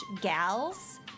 gals